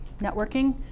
networking